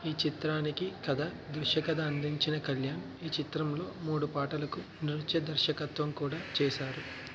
ఈ చిత్రానికి కథ దృశ్యకథ అందించిన కళ్యాణ్ ఈ చిత్రంలో మూడు పాటలకు నృత్య దర్శకత్వం కూడా చేశారు